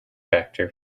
factor